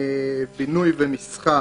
בירוקרטי, מסמכים,